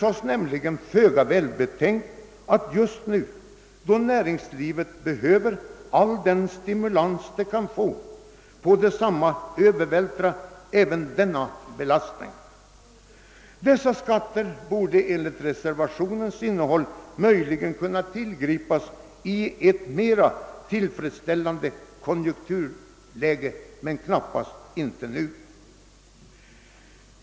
Det synes nämligen föga välbetänkt att just nu, då näringslivet behöver all den stimulans det kan få, på detsamma Öövervältra även denna belastning. Dessa skatter borde enligt reservationen möjligen kunna tillgripas i ett mera tillfredsställande konjunkturläge, men knappas? NU.